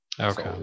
okay